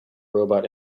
robot